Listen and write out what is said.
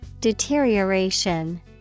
Deterioration